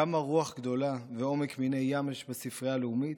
כמה רוח גדולה ועומק מני ים יש בספרייה הלאומית,